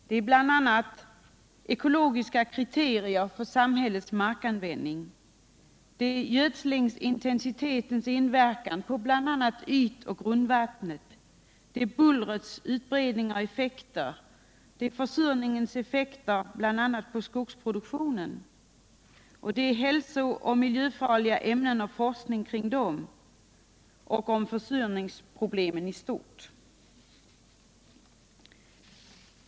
Det är bl.a. ekologiska kriterier för samhällets markanvändning, det är gödslingsintensitetens inverkan på bl.a. ytoch grundvattnet, det är bullrets utbredning och effekter, det är försurningens effekter bl.a. på skogsproduktionen och det är hälsooch miljöfarliga ämnen och forskning kring dem och kring försurningsproblemen i stort.